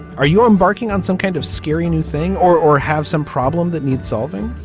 are you embarking on some kind of scary new thing or or have some problem that needs solving.